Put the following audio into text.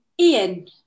Ian